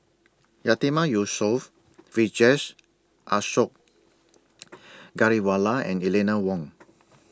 Yatiman Yusof Vijesh Ashok Ghariwala and Eleanor Wong